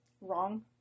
wrong